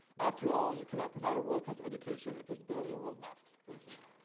after all, you cannot provide a world class education if there's barely a world left, thank you.